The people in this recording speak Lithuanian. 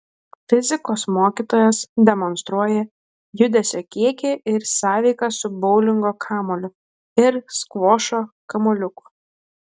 fizikos mokytojas demonstruoja judesio kiekį ir sąveiką su boulingo kamuoliu ir skvošo kamuoliuku